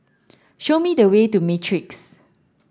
show me the way to Matrix